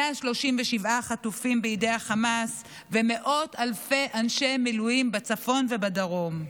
137 חטופים בידי חמאס ומאות אלפי אנשי מילואים בצפון ובדרום.